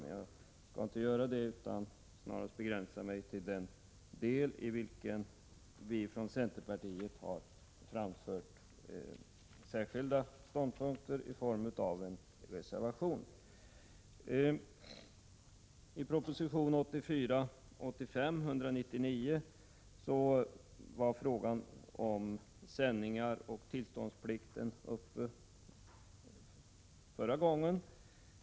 Jag skall dock inte göra detta utan snarast begränsa mig till den del där vi från centern har framfört särskilda ståndpunkter i form av en reservation. Förra gången togs frågan om sändningar och tillståndsplikt upp i proposition 1984/85:199.